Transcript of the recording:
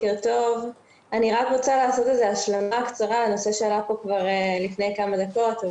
אני רוצה לעשות השלמה קצרה לנושא שעלה לפני כמה דקות.